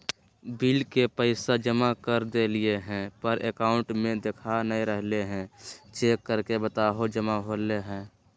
Bill के पैसा जमा कर देलियाय है पर अकाउंट में देखा नय रहले है, चेक करके बताहो जमा होले है?